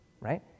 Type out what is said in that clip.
right